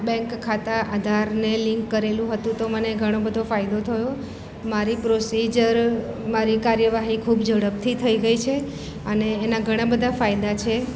bank ખાતા આધારને link કરેલું હતું તો મને ઘણો બધો ફાયદો થયો મારી પ્રોસીજર મારી કાર્યવાહી ખૂબ ઝડપથી થઈ ગઈ છે અને એના ઘણા બધા ફાયદા છે